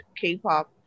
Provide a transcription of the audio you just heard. k-pop